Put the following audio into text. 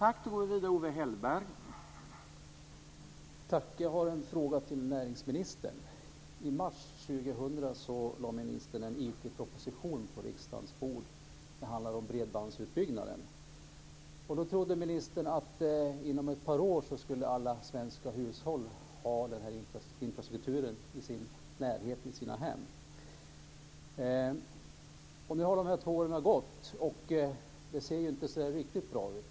Herr talman! Jag har en fråga till näringsministern. I mars 2000 lade ministern på riksdagens bord en IT-proposition som handlade om utbyggnaden av bredband. Ministern trodde då att alla svenska hushåll inom ett par år i sina hem eller i sin närhet skulle ha tillgång till denna infrastruktur. Nu har det gått två år, och det ser inte riktigt bra ut.